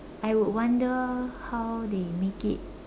I would wonder how they make it